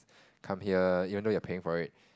come here even though you paying for it